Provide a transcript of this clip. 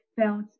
felt